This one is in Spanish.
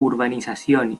urbanización